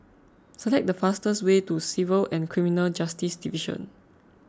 select the fastest way to Civil and Criminal Justice Division